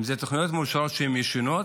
אלה תוכניות מאושרות שהן ישנות,